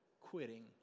quitting